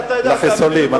לחיסולים.